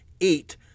eight